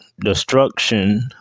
destruction